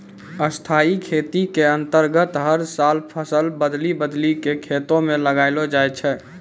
स्थाई खेती के अन्तर्गत हर साल फसल बदली बदली कॅ खेतों म लगैलो जाय छै